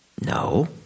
No